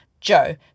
Joe